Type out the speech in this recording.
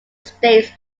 states